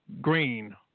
Green